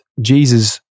Jesus